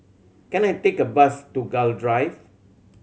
can I take a bus to Gul Drive